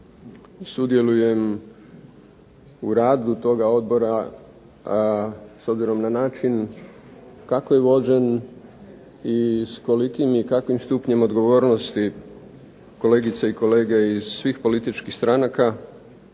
sudjelujem u radu toga odbora s obzirom na način kako je vođen i s kolikim i kakvim stupnjem odgovornosti kolegice i kolege iz svih političkih stranka